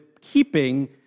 keeping